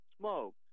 smoked